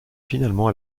finalement